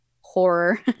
horror